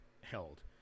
held